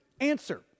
Answer